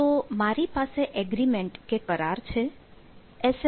તો મારી પાસે એગ્રીમેન્ટ કે કરાર છે એસ